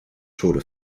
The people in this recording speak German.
tode